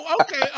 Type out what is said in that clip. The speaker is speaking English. Okay